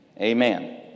Amen